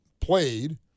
played